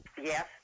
Yes